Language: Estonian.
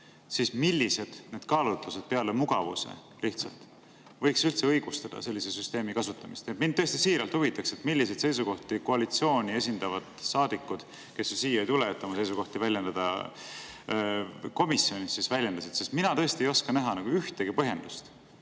siis millised need kaalutlused peale mugavuse lihtsalt võiks üldse õigustada sellise süsteemi kasutamist? Mind tõesti siiralt huvitaks, milliseid seisukohti koalitsiooni esindavad saadikud, kes ju siia ei tule, et oma seisukohti väljendada, komisjonis väljendasid. Sest mina tõesti ei oska näha ühtegi põhjendust.